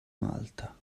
malta